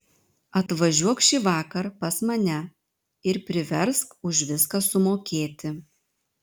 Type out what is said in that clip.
atvažiuok šįvakar pas mane ir priversk už viską sumokėti